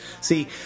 see